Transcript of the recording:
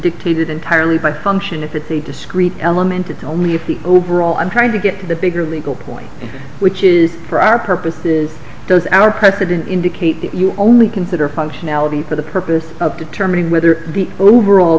dictated entirely by function at the discrete element it's only of the overall i'm trying to get to the bigger legal point which is for our purposes does our president indicate that you only consider functionality for the purpose of determining whether the overall